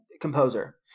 composer